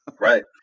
Right